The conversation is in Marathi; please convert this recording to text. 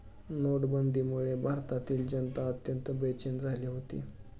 नोटाबंदीमुळे भारतातील जनता अत्यंत बेचैन झाली होती